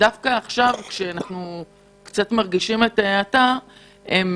דווקא עכשיו כשמרגישים את ההאטה הם